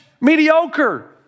mediocre